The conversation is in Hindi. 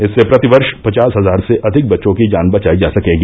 इससे प्रति वर्ष पचास हजार से अधिक बच्चों की जान बचाई जा सकेगी